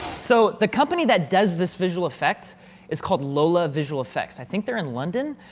so the company that does this visual effect is called lola visual effects i think they're in london,